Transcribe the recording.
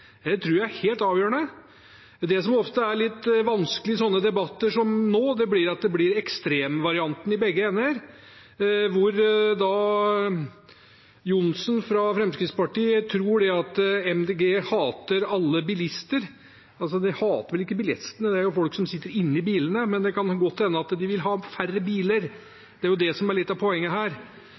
Det tror jeg er helt avgjørende. Men det som ofte er litt vanskelig i debatter som denne, er at det blir ekstremvarianten i begge ender, hvor representanten Johnsen fra Fremskrittspartiet tror Miljøpartiet De Grønne hater alle bilister. De hater vel ikke bilistene – det er jo folk som sitter inne i bilene – men det kan godt hende at de vil ha færre biler. Det er det som er litt av poenget her,